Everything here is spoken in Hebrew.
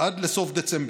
עד סוף דצמבר.